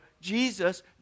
Jesus